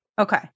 Okay